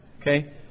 okay